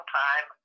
time